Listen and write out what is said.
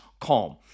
calm